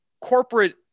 corporate